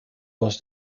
was